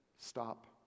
Stop